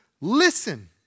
listen